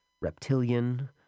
reptilian